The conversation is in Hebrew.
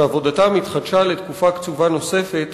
שעבודתם התחדשה לתקופה קצובה נוספת,